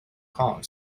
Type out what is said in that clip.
kong